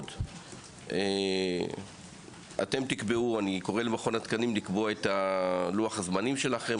אני קורא למכון התקנים לקבוע את לוח הזמנים שלכם.